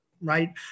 right